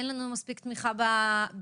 אין לנו מספיק תמיכה בקהילה,